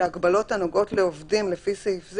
שהגבלות הנוגעות לעובדים לפי סעיף זה